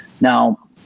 now